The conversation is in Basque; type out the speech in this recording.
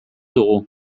dugu